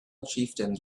chieftains